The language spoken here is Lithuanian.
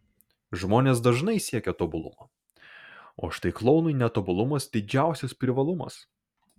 žmonės dažnai siekia tobulumo o štai klounui netobulumas didžiausias privalumas